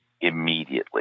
immediately